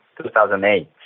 2008